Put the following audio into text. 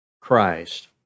Christ